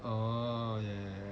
oh ya ya ya ya